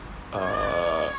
err